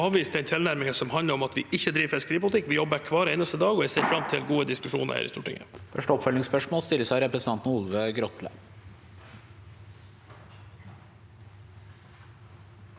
vil avvise den tilnærmingen som handler om at vi ikke driver med fiskeripolitikk. Vi jobber hver eneste dag, og jeg ser fram til gode diskusjoner her i Stortinget.